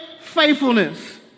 faithfulness